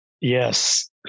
Yes